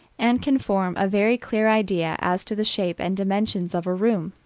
and can form a very clear idea as to the shape and dimensions of a room.